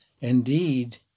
indeed